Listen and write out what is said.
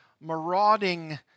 marauding